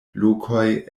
lokoj